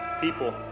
people